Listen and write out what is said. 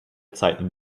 zeiten